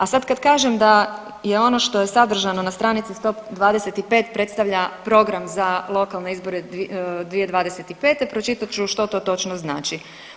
A sad kad kažem da je ono što je sadržano na stranici 125 predstavlja program za lokalne izbore 2025., pročitat ću što to točno znači.